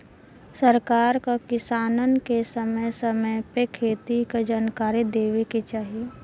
सरकार क किसानन के समय समय पे खेती क जनकारी देवे के चाही